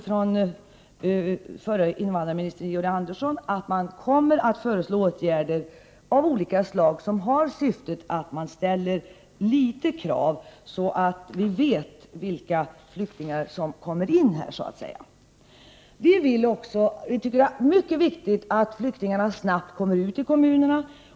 Förre invandrarministern Georg Andersson har dock sagt att man kommer att föreslå åtgärder av olika slag som har till syfte att man skall kunna ställa litet krav, så att vi vet vilka flyktingar som kommer in i landet. Det är mycket viktigt att flyktingarna snabbt kommer ut i kommunerna.